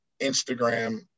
Instagram